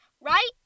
right